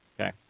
Okay